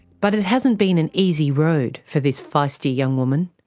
but it hasn't been an easy road for this feisty young woman.